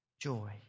joy